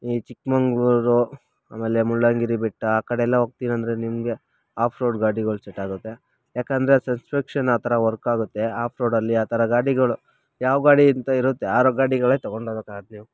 ಈ ಚಿಕ್ಕಮಗ್ಳೂರು ಆಮೇಲೆ ಮುಳ್ಳಯ್ಯನಗಿರಿ ಬೆಟ್ಟ ಆ ಕಡೆಯೆಲ್ಲ ಹೋಗ್ತೀನಂದ್ರೆ ನಿಮಗೆ ಆಫ್ ರೋಡ್ ಗಾಡಿಗಳು ಸೆಟ್ಟಾಗುತ್ತೆ ಯಾಕಂದರೆ ಸಸ್ಪೆಕ್ಷನ್ ಆ ಥರ ವರ್ಕಾಗುತ್ತೆ ಆಫ್ ರೋಡಲ್ಲಿ ಆ ಥರ ಗಾಡಿಗಳು ಯಾವ ಗಾಡಿ ಅಂತ ಇರುತ್ತೆ ಆ ಗಾಡಿಗಳೇ ತಗೊಂಡು ಹೋಗ್ಬೇಕಾಗತ್ ನೀವು